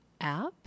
app